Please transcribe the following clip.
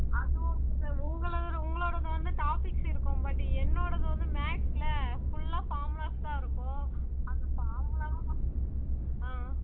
அது okay sir உங்களோடய உங்களோடது வந்து டாப்பிக்ஸ் இருக்கும் பட் என்னோடது வந்து மேக்ஸ்ல ஃபுல்லாக ஃபார்முலாஸ் தான் இருக்கும் அது ஃபார்முலா வேற ஆ